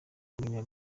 kumenya